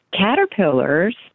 caterpillars